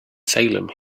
salem